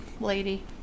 lady